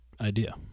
idea